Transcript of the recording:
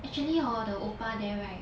actually hor the oppa there right